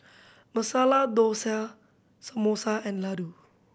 Masala Dosa Samosa and Ladoo